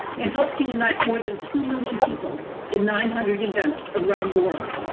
and helped to unite more than two million people in nine hundred events around the world.